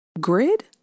grid